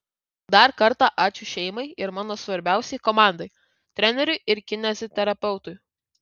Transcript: dar kartą ačiū šeimai ir mano svarbiausiai komandai treneriui ir kineziterapeutui